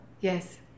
Yes